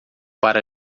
para